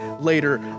later